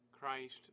Christ